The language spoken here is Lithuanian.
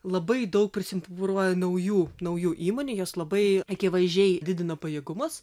labai daug prisifigūruoja naujų naujų įmonių jos labai akivaizdžiai didina pajėgumus